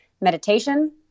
meditation